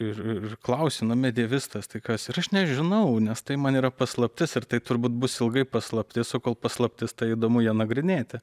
ir ir klausia nu medievistas tai kas ir aš nežinau nes tai man yra paslaptis ir tai turbūt bus ilgai paslaptis o kol paslaptis tai įdomu ją nagrinėti